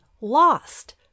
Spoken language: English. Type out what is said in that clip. Lost